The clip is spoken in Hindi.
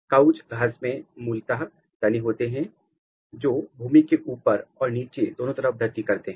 काउच घास में मूलतः तने होते हैं जो भूमि के ऊपर और नीचे दोनों तरफ वृद्धि करते हैं